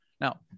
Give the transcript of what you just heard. Now